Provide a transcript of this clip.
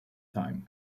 time